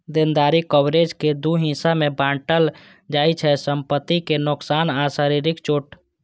देनदारी कवरेज कें दू हिस्सा मे बांटल जाइ छै, संपत्तिक नोकसान आ शारीरिक चोट